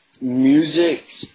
music